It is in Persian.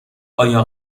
آیا